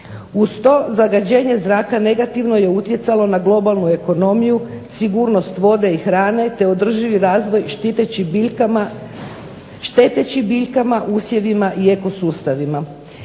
Uz to, zagađenje zraka negativno je utjecalo na globalnu ekonomiju, sigurnost vode i hrane te održivi razvoj šteteći biljkama, usjevima i ekosustavima.